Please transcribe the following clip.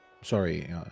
Sorry